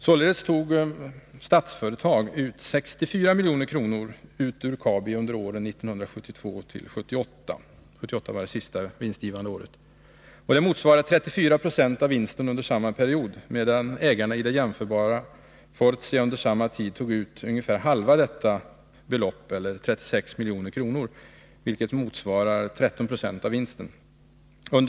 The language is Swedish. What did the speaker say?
Således tog Statsföretag ut 64 milj.kr. ur Kabi under åren 1972-1978 — år 1978 var det sista vinstgivande året. Det motsvarar 34 20 av vinsten under samma period. Ägarna i det jämförbara Fortia tog under samma tid ut ungefär halva detta belopp eller 36 milj.kr., vilket motsvarar 13 20 av vinsten.